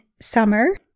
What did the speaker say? summer